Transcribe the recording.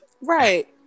Right